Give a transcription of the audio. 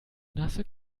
nasse